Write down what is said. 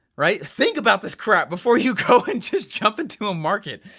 right? think about this crap before you go and just jump into a market,